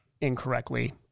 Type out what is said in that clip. incorrectly